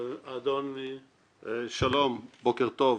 אדון --- שלום, בוקר טוב,